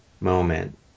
moment